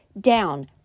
down